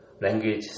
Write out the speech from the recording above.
language